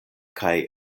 kaj